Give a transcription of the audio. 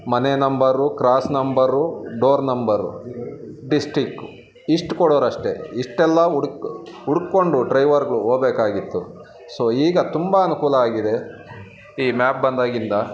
ಮನೆ number cross number door number district ಇಷ್ಟು ಕೊಡೋರಷ್ಟೇ ಇಷ್ಟೆಲ್ಲ ಹುಡ್ಕ್ ಹುಡ್ಕೊಂಡು ಡ್ರೈವರ್ಗಳು ಹೋಬೇಕಾಗಿತ್ತು ಸೊ ಈಗ ತುಂಬ ಅನುಕೂಲ ಆಗಿದೆ ಈ ಮ್ಯಾಪ್ ಬಂದಾಗಿಂದ